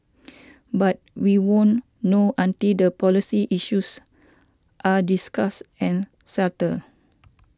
but we won't know until the policy issues are discussed and sattled